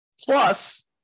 Plus